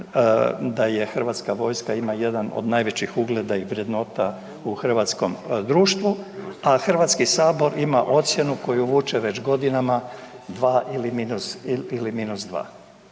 da Hrvatska vojska ima jedan od najvećih ugleda i vrednota u hrvatskom društvu, a Hrvatski sabor ima ocjenu koju vuče već godinama dva ili minus